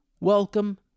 Welcome